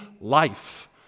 life